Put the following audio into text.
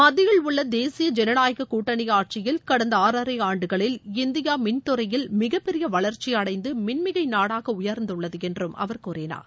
மத்தியில் உள்ள தேசிய ஜனநாயக கூட்டனி ஆட்சியில் கடந்த ஆறனர் ஆண்டுகளில் இந்தியா மின்துறையில் மிகப்பெரிய வளர்ச்சி அடைந்து மின்மிகை நாடாக உயர்ந்துள்ளது என்றும் அவர் கூறினார்